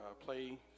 Play